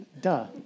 Duh